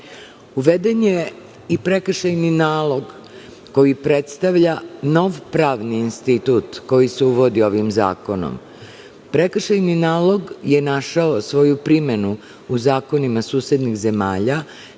je i prekršajni nalog koji predstavlja nov pravni institut koji se uvodi ovim zakonom. Prekršajni nalog je našao svoju primenu u zakonima susednih zemalja,